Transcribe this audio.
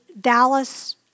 Dallas